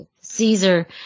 Caesar